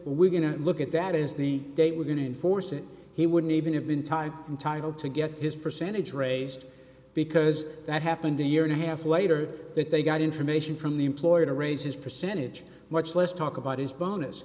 we're going to look at that is the date we're going to enforce it he wouldn't even have been typed in title to get his percentage raised because that happened a year and a half later that they got information from the employer to raise his percentage much less talk about his bonus